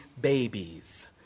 babies